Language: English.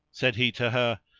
said he to her,